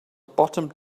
bottom